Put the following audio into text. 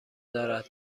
دارد